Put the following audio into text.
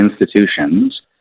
institutions